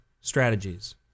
strategies